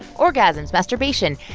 orgasms, masturbation.